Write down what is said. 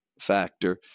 factor